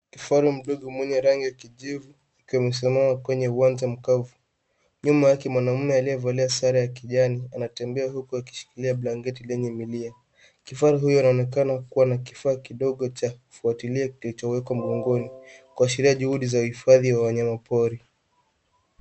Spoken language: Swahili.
Kifaru mdogo mwenye rangi ya kijivu akiwa amesimama kwenye uwanja makavu. Nyuma yake mwanamme aliye valia sare ya kijani anatembea huku akishikilia blanketi lenye milia. Kifaru huyu anaonekana kuwa na kifaa kidogo cha kufuatilia kilicho wekwa mgongoni kuashiria juhudi za uhifadhi wa wanyama pori.